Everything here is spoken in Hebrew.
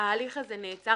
ההליך הזה נעצר.